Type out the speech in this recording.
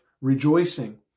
rejoicing